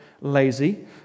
lazy